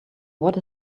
what